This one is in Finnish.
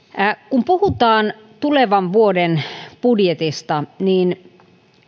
kun puhutaan tulevan vuoden budjetista niin